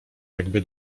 jakby